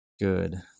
good